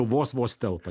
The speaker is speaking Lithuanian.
vos vos telpa